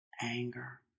anger